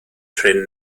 trên